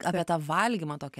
apie tą valgymą tokį